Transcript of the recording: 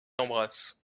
embrasse